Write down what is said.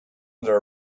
under